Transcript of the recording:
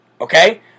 okay